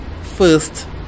first